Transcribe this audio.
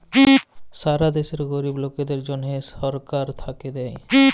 ছারা দ্যাশে গরিব লকদের জ্যনহ ছরকার থ্যাইকে দ্যায়